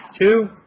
two